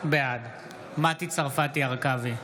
בעד מטי צרפתי הרכבי,